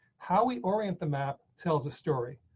how we orient the map tells a story.